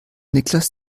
niklas